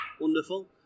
Wonderful